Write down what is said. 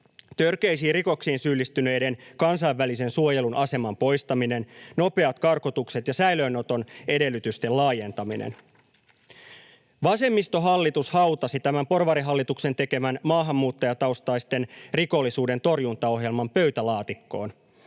törkeisiin rikoksiin syyllistyneiden kansainvälisen suojelun aseman poistaminen, nopeat karkotukset ja säilöönoton edellytysten laajentaminen. Vasemmistohallitus hautasi tämän porvarihallituksen tekemän maahanmuuttajataustaisten rikollisuuden torjuntaohjelman pöytälaatikkoon.